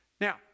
Now